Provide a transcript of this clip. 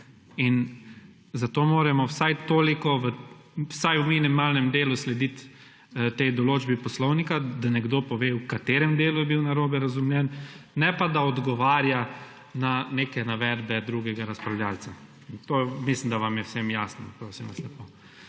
In zato moramo vsaj toliko vsaj v minimalnem delu slediti tej določbi Poslovnika, da nekdo pove v katerem delu je bil narobe razumljen. Ne pa da odgovarja na neke navedbe drugega razpravljavca. To mislim, da vam je vsem jasno.